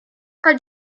are